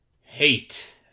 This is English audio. hate